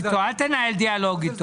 אל תנהל דיאלוג איתו.